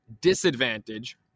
disadvantage